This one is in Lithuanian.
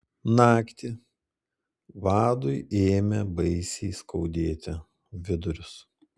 naktį vadui ėmė baisiai skaudėti vidurius